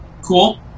Cool